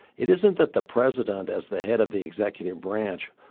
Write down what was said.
it isn't that the president, as the head of the executive branch,